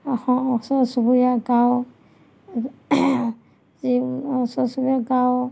অস ওচৰ চুবুৰীয়া গাঁও যি ওচৰ চুবুৰীয়া গাঁও